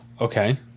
Okay